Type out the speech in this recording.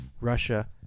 Russia